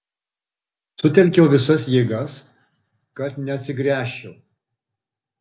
sutelkiau visas jėgas kad neatsigręžčiau